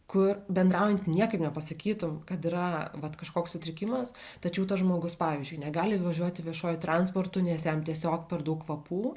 kur bendraujan niekaip nepasakytum kad yra vat kažkoks sutrikimas tačiau tas žmogus pavyzdžiui negali važiuoti viešuoju transportu nes jam tiesiog per daug kvapų